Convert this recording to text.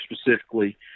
specifically